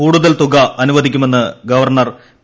കൂടുതൽ തുക അനുവദിക്കുമെന്ന് ഗവർണർ പി